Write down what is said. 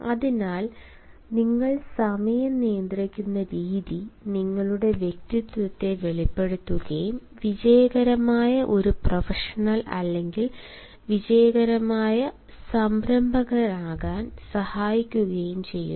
അതിനാൽ നിങ്ങൾ സമയം നിയന്ത്രിക്കുന്ന രീതി നിങ്ങളുടെ വ്യക്തിത്വത്തെ വെളിപ്പെടുത്തുകയും വിജയകരമായ ഒരു പ്രൊഫഷണൽ അല്ലെങ്കിൽ വിജയകരമായ സംരംഭകനാകാൻ സഹായിക്കുകയും ചെയ്യുന്നു